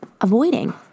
avoiding